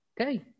Okay